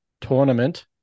tournament